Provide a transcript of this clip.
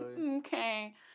okay